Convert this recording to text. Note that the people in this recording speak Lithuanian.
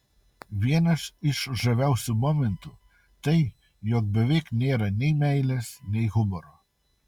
vienas iš žaviausių momentų tai jog beveik nėra nei meilės nei humoro